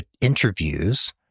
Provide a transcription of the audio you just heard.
interviews